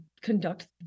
conduct